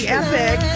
epic